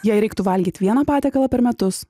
jei reiktų valgyt vieną patiekalą per metus